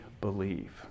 believe